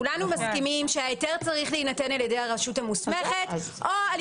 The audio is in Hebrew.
כולנו מסכימים שההיתר צריך להינתן על ידי הרשות המוסמכת או על